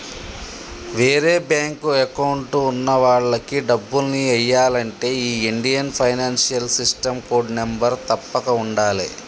వేరే bank account ఉన్న వాళ్లకి డబ్బుల్ని ఎయ్యాలంటే ఈ Indian financial system code number తప్పక ఉండాలే